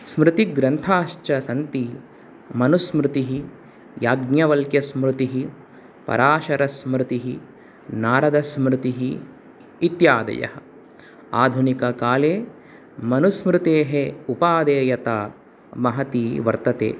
स्मृतिग्रन्थाश्च सन्ति मनुस्मृतिः याज्ञवल्क्यस्मृतिः पराशरस्मृतिः नारदस्मृतिः इत्यादयः आधुनिककाले मनुस्मृतेः उपादेयता महती वर्तते